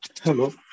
Hello